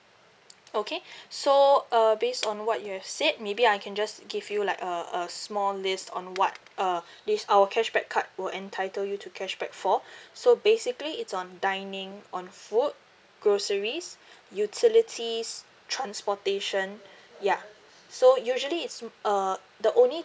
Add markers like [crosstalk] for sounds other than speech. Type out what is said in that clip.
okay [breath] so uh based on what you have said maybe I can just give you like a a small list on what uh [breath] this our cashback card will entitle you to cashback for [breath] so basically it's on dining on food groceries [breath] utilities transportation [breath] ya so usually it's mm uh the only